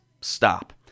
stop